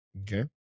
Okay